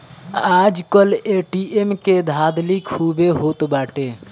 आजकल ए.टी.एम के धाधली खूबे होत बाटे